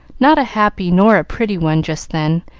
not a happy nor a pretty one just then,